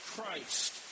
Christ